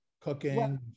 cooking